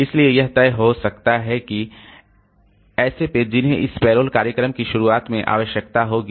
इसलिए यह तय हो सकता है कि ये ऐसे पेज हैं जिन्हें इस पेरोल कार्यक्रम की शुरुआत में आवश्यकता होगी